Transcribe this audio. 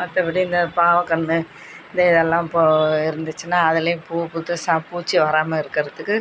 அடுத்த படி இந்த பாவக் கன்று இந்த இது எல்லாம் போ இருந்துச்சுன்னால் அதுலேயே பூ பூத்து சா பூச்சி வராமல் இருக்கிறதுக்கு